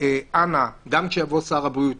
גם כשיבוא שר הבריאות,